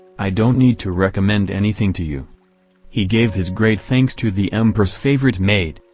i don't need to recommend anything to you he gave his great thanks to the empress' favorite maid,